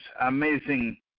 amazing